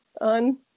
on